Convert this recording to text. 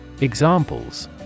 Examples